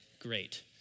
great